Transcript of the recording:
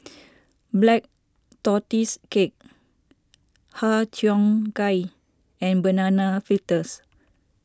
Black Tortoise Cake Har Cheong Gai and Banana Fritters